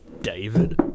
David